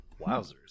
Wowzers